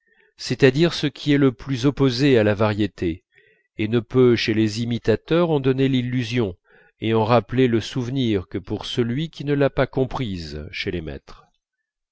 c'est-à-dire ce qui est le plus opposé à la variété et ne peut chez les imitateurs en donner l'illusion et en rappeler le souvenir que pour celui qui ne l'a pas comprise chez les maîtres